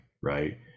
right